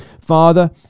father